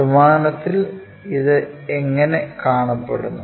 ത്രിമാനത്തിൽ ഇത് എങ്ങനെ കാണപ്പെടുന്നു